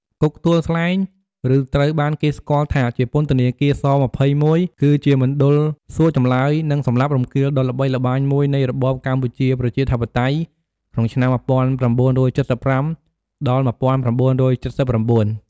គុកទួលស្លែង ឬត្រូវបានគេស្គាល់ថាជាពន្ធធនាគារ ស-២១ គឺជាមណ្ឌលសួរចម្លើយ និងសម្លាប់រង្គាលដ៏ល្បីល្បាញមួយនៃរបបកម្ពុជាប្រជាធិបតេយ្យ ក្នុងឆ្នាំ១៩៧៥ ដល់ ១៩៧៩។